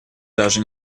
даже